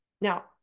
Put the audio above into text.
Now